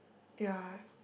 ya